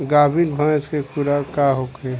गाभिन भैंस के खुराक का होखे?